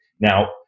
now